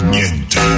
Niente